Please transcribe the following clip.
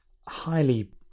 Highly